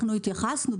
אנחנו התייחסנו.